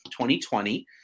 2020